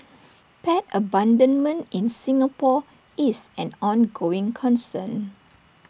pet abandonment in Singapore is an ongoing concern